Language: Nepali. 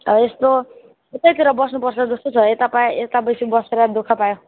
ह यस्तो उतैतिर बस्नुपर्छ जस्तो छ यता पाए यता बेसी बसेर दुःख पायो